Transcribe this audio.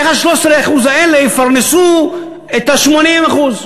איך ה-13% האלה יפרנסו את ה-80%?